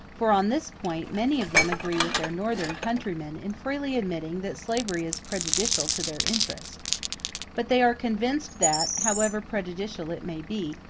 for on this point many of them agree with their northern countrymen in freely admitting that slavery is prejudicial to their interest but they are convinced that, however prejudicial it may be,